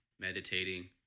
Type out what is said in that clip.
Meditating